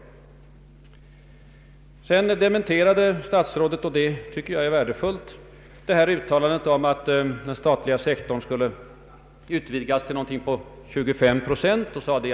Statsrådet Wickman dementerade — det anser jag i och för sig vara värdefullt — det påstådda uttalandet om att den statliga sektorn skulle utvidgas till cirka 25 procent av näringslivet.